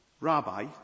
rabbi